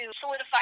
solidify